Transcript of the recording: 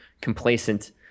complacent